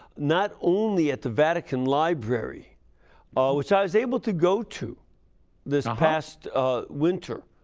not only at the vatican library which i was able to go to this past winter.